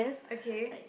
okay